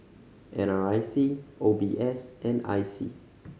N R I C O B S and I C